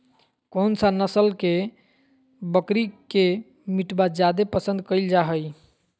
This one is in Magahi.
कौन सा नस्ल के बकरी के मीटबा जादे पसंद कइल जा हइ?